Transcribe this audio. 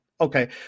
Okay